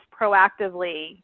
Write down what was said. proactively